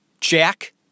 Jack